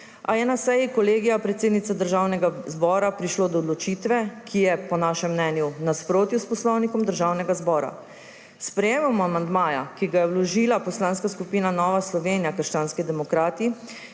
a je na seji Kolegija predsednice Državnega zbora prišlo do odločitve, ki je po našem mnenju v nasprotju s Poslovnikom Državnega zbora. S sprejetjem amandmaja, ki ga je vložila Poslanska skupina Nova Slovenija – krščanski demokrati,